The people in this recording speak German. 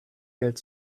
geld